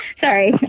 Sorry